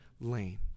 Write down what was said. lane